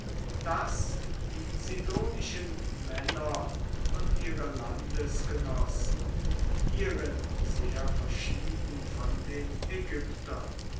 daß die sidonischen männer und ihre landesgenossen hierhin sehr verschieden von den ägyptern